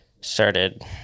started